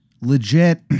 legit